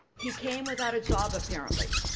he came without a job, apparently.